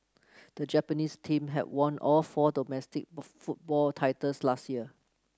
the Japanese team had won all four domestic football titles last year